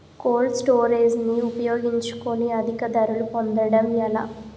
Cold storage ని ఉపయోగించుకొని అధిక ధరలు పొందడం ఎలా?